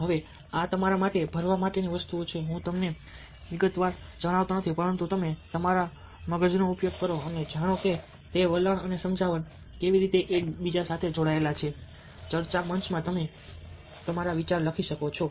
હવે આ તમારા માટે ભરવા માટેની વસ્તુઓ છે હું તમને વિગતવાર જણાવવાનો નથી પરંતુ તમે તમારા માથાનો ઉપયોગ કરો અને જાણો કે તે વલણ અને સમજાવટ કેવી રીતે એકબીજા સાથે જોડાયેલા છે ચર્ચા મંચમાં તમે તમારા વિચારો લખી શકો છો